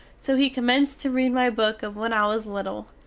so he commence to read my book of when i was little,